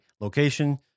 location